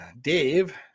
Dave